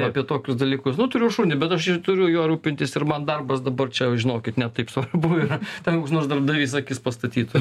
apie tokius dalykus nu turiu šunį bet aš turiu juo rūpintis ir man darbas dabar čia žinokit ne taip svarbu yra ten koks nors darbdavys akis pastatytų